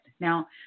Now